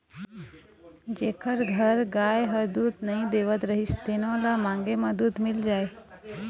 जेखर घर गाय ह दूद नइ देवत रहिस तेनो ल मांगे म दूद मिल जाए